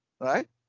right